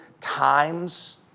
times